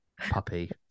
puppy